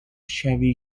chevy